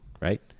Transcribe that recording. right